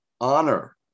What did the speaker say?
honor